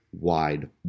wide